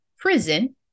prison